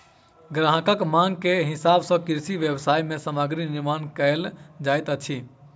ग्राहकक मांग के हिसाब सॅ कृषि व्यवसाय मे सामग्री निर्माण कयल जाइत अछि